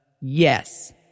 Yes